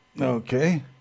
Okay